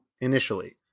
initially